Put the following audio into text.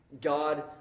God